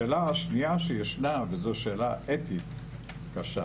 השאלה השנייה שיש וזו שאלה אתית קשה